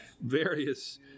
various